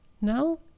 Now